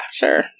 sure